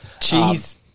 Cheese